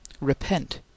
repent